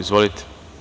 Izvolite.